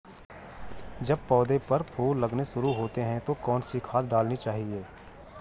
जब पौधें पर फूल लगने शुरू होते हैं तो कौन सी खाद डालनी चाहिए?